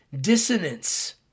dissonance